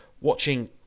watching